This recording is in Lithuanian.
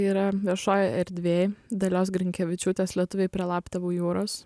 yra viešoj erdvėj dalios grinkevičiūtės lietuviai prie laptevų jūros